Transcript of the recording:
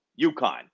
UConn